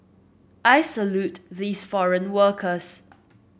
I salute these foreign workers